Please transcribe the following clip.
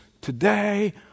today